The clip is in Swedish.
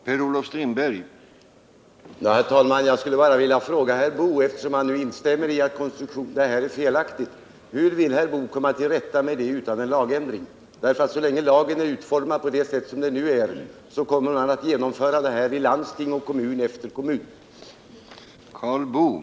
Herr talman! Jag skulle bara vilja fråga herr Boo, eftersom han instämmer i att konstruktionen är felaktig: Hur vill herr Boo komma till rätta med det utan en lagändring? Så länge lagen är utformad på det sätt den nu är kommer man att genomföra detta i landsting efter landsting och kommun efter kommun.